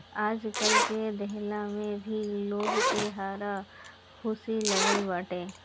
आजकल कर देहला में भी लोग के हारा हुसी लागल बाटे